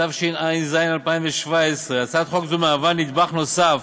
התשע"ז 2017. הצעת חוק זו מהווה נדבך נוסף